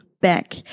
back